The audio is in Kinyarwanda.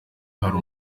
hari